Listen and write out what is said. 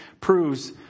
proves